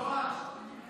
שיתחיל בנושא תקשורת.